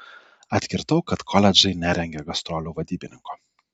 atkirtau kad koledžai nerengia gastrolių vadybininko